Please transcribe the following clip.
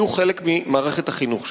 יהיו חלק ממערכת החינוך שלנו.